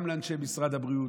גם לאנשי משרד הבריאות,